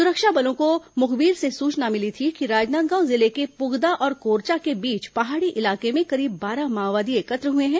सुरक्षा बलों को मुखबिर से सूचना मिली थी कि राजनांदगांव जिले के पुगदा और कोरचा के बीच पहाड़ी इलाके में करीब बारह माओवादी एकत्र हुए हैं